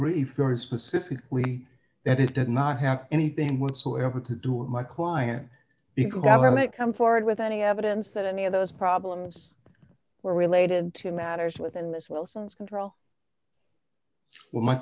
brief very specific we that it did not have anything whatsoever to do with my client in kalak come forward with any evidence that any of those problems were related to matters within this wilson's control w